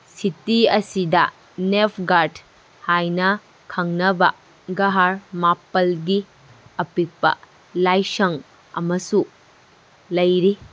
city ꯑꯁꯤꯗ ꯅꯦꯐꯒꯥꯔꯠ ꯍꯥꯏꯅ ꯈꯪꯅꯕ ꯒ꯭ꯔꯍ ꯃꯥꯄꯜꯒꯤ ꯑꯄꯤꯛꯄ ꯂꯥꯏꯁꯪ ꯑꯃꯁꯨ ꯂꯩꯔꯤ